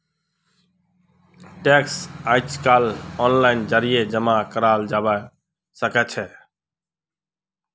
tax अइजकाल ओनलाइनेर जरिए जमा कराल जबा सखछेक